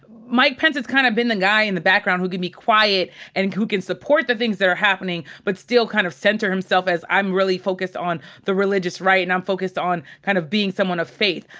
mike pence has kind of been the guy in the background who can be quiet and who can support the things that are happening but still kind of center himself as, i'm really focused on the religious right, and i'm focused on kind of being someone of faith.